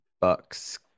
Bucks